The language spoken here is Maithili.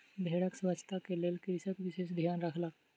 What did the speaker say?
भेड़क स्वच्छता के लेल कृषक विशेष ध्यान रखलक